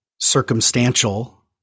circumstantial